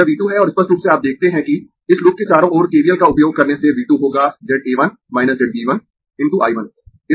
यह V 2 है और स्पष्ट रूप से आप देखते है कि इस लूप के चारों ओर KVL का उपयोग करने से V 2 होगा Z A 1 minus Z B 1 × I 1